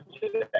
today